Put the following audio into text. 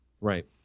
Right